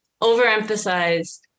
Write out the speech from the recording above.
overemphasize